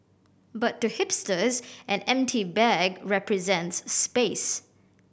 but to hipsters an empty bag represents space